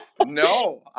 No